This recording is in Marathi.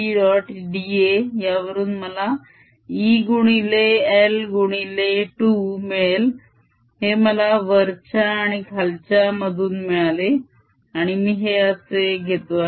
daयावरून मला E गुणिले l गुणिले 2 मिळेल हे मला वरच्या आणि खालच्या मधून मिळाले आणि मी हे असे घेतो आहे